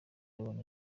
yabonye